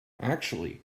actually